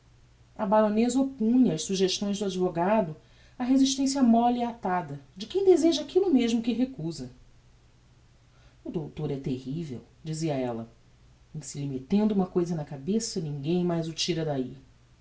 a baroneza oppunha ás suggestões do advogado a resistencia molle e atada de quem deseja aquillo mesmo que recusa o doutor é terrivel dizia ella em se lhe mettendo uma cousa na cabeça ninguem mais o tira dahi